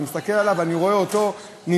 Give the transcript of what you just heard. אני מסתכל עליו ואני רואה אותו ננזף,